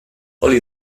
only